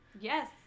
Yes